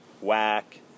whack